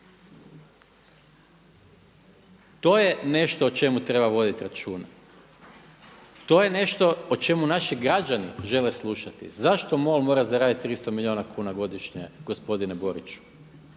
To je nešto o čemu treba voditi računa. To je nešto o čemu naši građani žele slušati. Zašto MOL mora zaraditi 300 milijuna kuna godišnje gospodine Boriću?